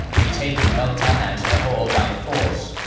retaking multan and lahore by force.